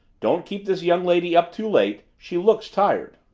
don't keep this young lady up too late she looks tired.